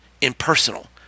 impersonal